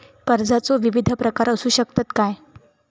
कर्जाचो विविध प्रकार असु शकतत काय?